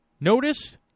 Notice